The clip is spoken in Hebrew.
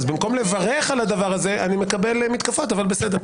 אז במקום לברך על כך אני מקבל מתקפות אבל בסדר.